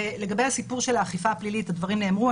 לגבי הסיפור של האכיפה הפלילית, הדברים נאמרו.